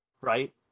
Right